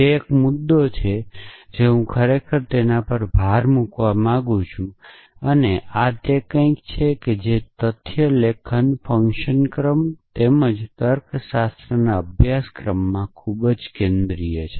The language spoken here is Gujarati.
તે એક મુદ્દો છે જે હું ખરેખર તે પર ભાર મૂકવા માંગુ છું અને આ તે કંઈક છે જે તથ્ય લેખન ફંકશન ક્રમો તેમજ તર્કશાસ્ત્રના અભ્યાસમાં ખૂબ કેન્દ્રિય છે